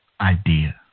Idea